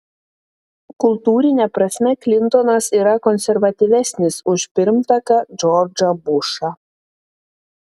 kultūrine prasme klintonas yra konservatyvesnis už pirmtaką džordžą bušą